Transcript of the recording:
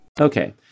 Okay